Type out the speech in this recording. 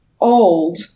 old